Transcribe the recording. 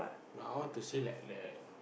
no I want to see like the